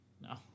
no